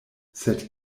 sed